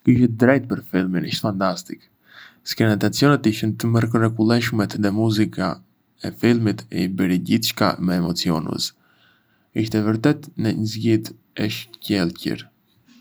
Kishe të drejtë për filmin, ishte fantastik... skenat e aksionit ishin të mrekullueshme dhe muzika e filmit e bëri gjithçka më emocionuese. Ishte vërtet një zgjedhje e shkëlqyer!